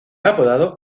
apodado